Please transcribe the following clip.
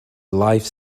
life